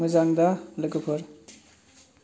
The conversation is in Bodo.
मोजां दा लोगोफोर